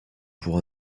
pour